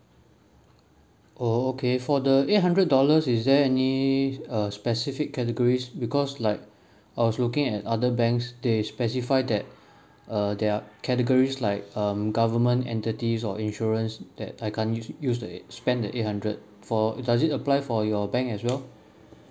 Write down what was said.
oh okay for the eight hundred dollars is there any uh specific categories because like I was looking at other banks they specify that uh their category is like um government entities or insurance that I can't use the eight spend the eight hundred for does it apply for your bank as well